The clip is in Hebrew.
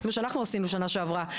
זה מה שאנחנו עשינו בשנה שעברה,